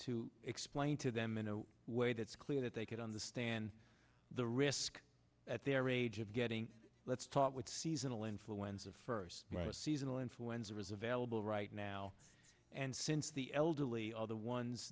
to explain to them in a way that's clear that they could understand the risk at their age of getting let's talk with seasonal influenza first seasonal influenza is available right now and since the elderly all the ones